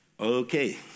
Okay